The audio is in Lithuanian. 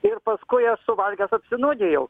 ir paskui jas suvalgęs apsinuodijau